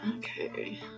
Okay